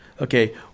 Okay